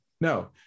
No